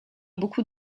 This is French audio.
beaucoup